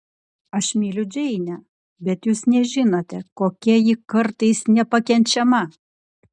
aš myliu džeinę bet jūs nežinote kokia ji kartais nepakenčiama